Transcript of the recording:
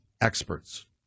experts